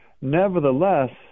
nevertheless